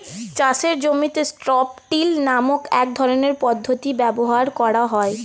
চাষের জমিতে strip till নামক এক রকমের পদ্ধতি ব্যবহার করা হয়